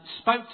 spoke